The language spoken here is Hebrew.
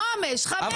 מונע